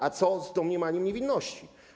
A co z domniemaniem niewinności?